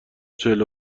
چهل